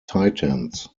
titans